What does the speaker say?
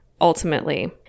ultimately